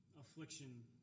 affliction